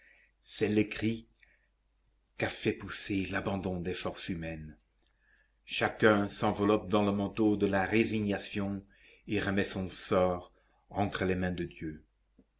c'est le cri qu'a fait pousser l'abandon des forces humaines chacun s'enveloppe dans le manteau de la résignation et remet son sort entre les mains de dieu